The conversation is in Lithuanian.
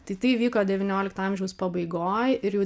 tai tai įvyko devyniolikto amžiaus pabaigoj ir jau